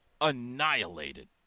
annihilated